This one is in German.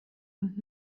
und